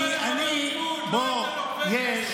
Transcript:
עודד, זה היה באותו עידן.